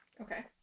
Okay